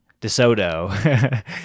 DeSoto